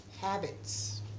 habits